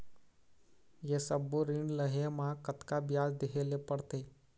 ये सब्बो ऋण लहे मा कतका ब्याज देहें ले पड़ते?